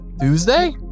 Tuesday